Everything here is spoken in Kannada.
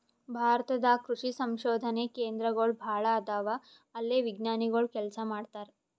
ಭಾರತ ದಾಗ್ ಕೃಷಿ ಸಂಶೋಧನೆ ಕೇಂದ್ರಗೋಳ್ ಭಾಳ್ ಅದಾವ ಅಲ್ಲೇ ವಿಜ್ಞಾನಿಗೊಳ್ ಕೆಲಸ ಮಾಡ್ತಾರ್